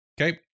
Okay